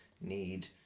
need